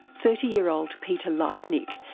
thirty year old peter liepnik,